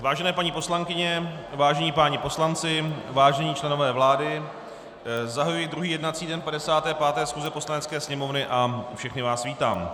Vážené paní poslankyně, vážení páni poslanci, vážení členové vlády, zahajuji druhý jednací den 55. schůze Poslanecké sněmovny a všechny vás vítám.